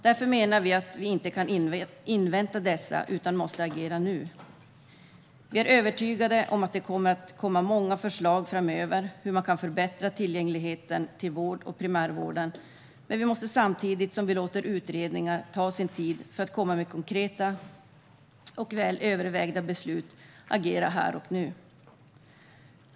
Därför menar vi att man inte kan invänta dessa, utan man måste agera nu. Vi är övertygade om att det kommer att komma många förslag framöver för hur man kan förbättra tillgängligheten till vård och primärvård. Men vi måste samtidigt som vi låter utredningar ta sin tid för att komma med konkreta och väl övervägda beslut agera här och nu.